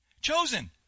Chosen